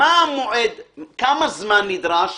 כמה זמן נדרש